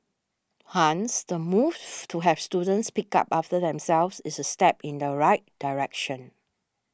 hence the moves to have students pick up after themselves is a step in the right direction